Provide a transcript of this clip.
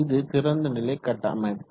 இது திறந்த நிலை கட்டமைப்பு